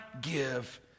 give